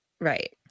right